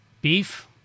Beef